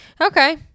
Okay